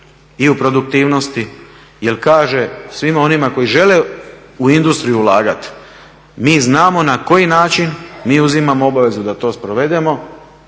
i u produktivnosti jer kaže svima onima koji žele u industriju ulagati mi znamo na koji način mi uzimamo obavezu da to sprovedemo,